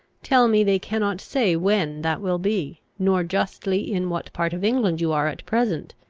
tell me they cannot say when that will be, nor justly in what part of england you are at present.